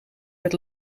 werd